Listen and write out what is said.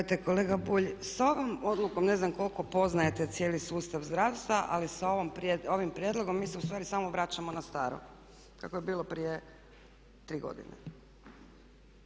Gledajte kolega Bulj, sa ovom odlukom, ne znam koliko poznajete cijeli sustav zdravstva ali sa ovim prijedlogom mi se ustvari samo vraćamo na staro kako je bilo prije 3 godine.